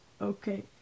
okay